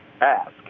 ask